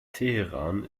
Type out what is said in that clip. teheran